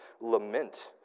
lament